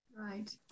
right